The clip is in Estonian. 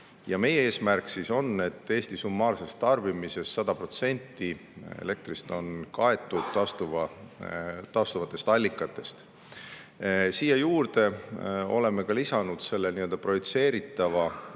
Meie eesmärk on, et Eesti summaarsest tarbimisest 100% elektrist on kaetud taastuvate allikatega. Siia juurde oleme lisanud nii-öelda projitseeritava